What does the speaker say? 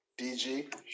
DG